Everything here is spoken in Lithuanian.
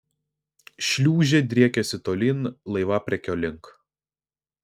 šliūžė driekėsi tolyn laivapriekio link